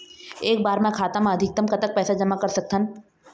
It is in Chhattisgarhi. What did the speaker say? एक बार मा खाता मा अधिकतम कतक पैसा जमा कर सकथन?